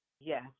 Yes